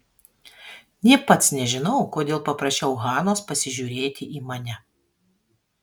nė pats nežinau kodėl paprašiau hanos pasižiūrėti į mane